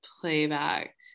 playback